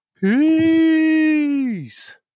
Peace